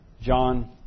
John